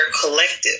collective